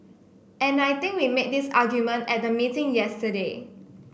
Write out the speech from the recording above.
and I think we made this argument at the meeting yesterday